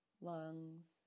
lungs